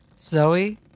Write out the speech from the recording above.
Zoe